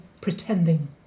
pretending